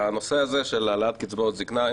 בנושא של העלאת קצבאות זקנה,